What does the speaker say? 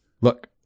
Look